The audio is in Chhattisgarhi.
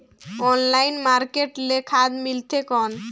ऑनलाइन मार्केट ले खाद मिलथे कौन?